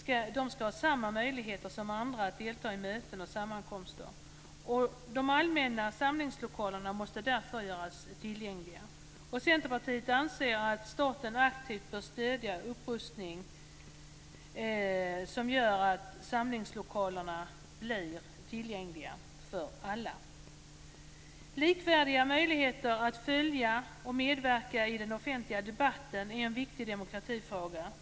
De ska ha samma möjligheter som andra att delta i möten och sammankomster. De allmänna samlingslokalerna måste därför göras tillgängliga. Centerpartiet anser att staten aktivt bör stödja upprustning som gör att samlingslokalerna blir tillgängliga för alla. Likvärdiga möjligheter att följa och medverka i den offentliga debatten är en viktig demokratifråga.